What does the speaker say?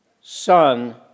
Son